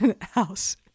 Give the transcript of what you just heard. house